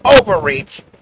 overreach